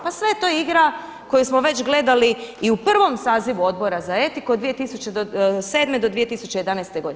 Pa sve je to igra koju smo već gledali i u prvom sazivu Odbora za etiku od 2007. do 2011. godine.